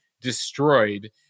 destroyed